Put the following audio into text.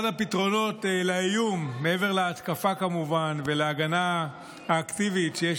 כמובן מעבר להתקפה ולהגנה האקטיבית שיש